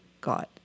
God